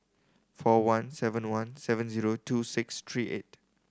four one seven one seven zero two six three eight